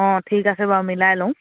অঁ ঠিক আছে বাৰু মিলাই ল'ম